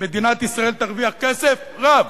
מדינת ישראל תרוויח כסף רב